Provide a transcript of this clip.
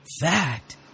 Fact